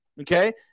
okay